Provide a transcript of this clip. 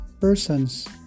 persons